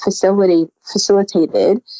facilitated